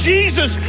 Jesus